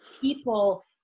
People